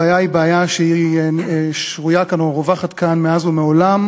הבעיה היא בעיה שרווחת כאן מאז ומעולם,